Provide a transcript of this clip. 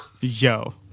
Yo